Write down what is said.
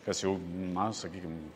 kas jau man sakykim